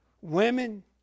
women